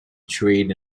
trade